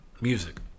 music